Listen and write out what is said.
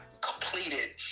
completed